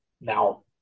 now